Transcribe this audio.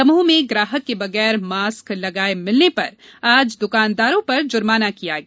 दमोह में ग्राहक के बगैर मास्क लगाये मिलने पर आज दुकानदारों पर जुर्माना किया गया